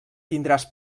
tindràs